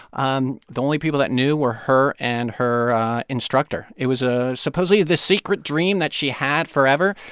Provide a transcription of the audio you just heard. um the only people that knew were her and her instructor. it was ah supposedly the secret dream that she had forever.